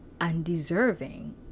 undeserving